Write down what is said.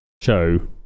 show